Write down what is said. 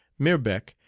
Mirbeck